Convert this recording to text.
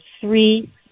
three